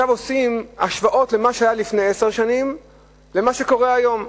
עכשיו עושים השוואות בין מה שהיה לפני עשר שנים למה שקורה היום.